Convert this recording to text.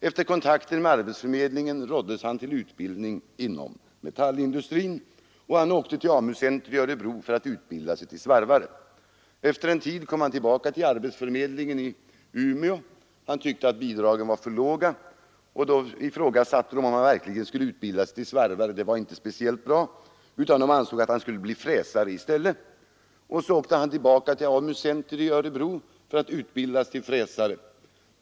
Efter kontakter med arbetsförmedlingen råddes han till utbildning inom metallindustrin. Han åkte till AMU-center i Örebro för att utbilda sig till svarvare. Efter en tid kom han tillbaka till arbetsförmedlingen i Umeå. Han tyckte att bidragen var för låga, och då ifrågasatte man om han verkligen skulle utbildas till svarvare — det var inte speciellt bra — utan man ansåg att han skulle bli fräsare i stället. Och så åkte han tillbaka till AMU-center i Örebro för att utbildas till fräsare.